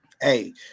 Hey